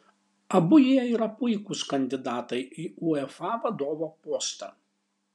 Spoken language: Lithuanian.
abu jie yra puikūs kandidatai į uefa vadovo postą